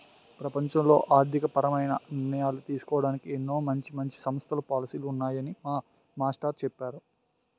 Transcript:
ప్రపంచంలో ఆర్థికపరమైన నిర్ణయాలు తీసుకోడానికి ఎన్నో మంచి మంచి సంస్థలు, పాలసీలు ఉన్నాయని మా మాస్టారు చెప్పేరు